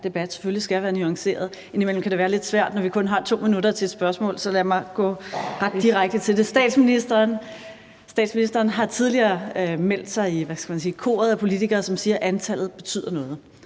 debat selvfølgelig skal være nuanceret. Indimellem kan det være lidt svært, når vi kun har 2 minutter til et spørgsmål, så lad mig gå ret direkte til det. Statsministeren har tidligere meldt sig i, hvad skal man sige, koret af politikere, som siger, at antallet betyder noget,